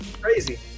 crazy